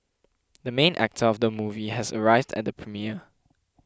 the main actor of the movie has arrived at the premiere